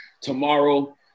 tomorrow